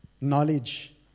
knowledge